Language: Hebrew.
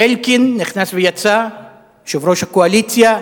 אלקין, יושב-ראש הקואליציה,